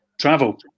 Travel